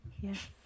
Yes